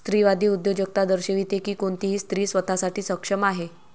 स्त्रीवादी उद्योजकता दर्शविते की कोणतीही स्त्री स्वतः साठी सक्षम आहे